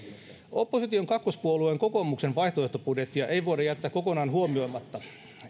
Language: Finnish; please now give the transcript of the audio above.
opposition kakkospuolueen kokoomuksen vaihtoehtobudjettia ei voida jättää kokonaan huomioimatta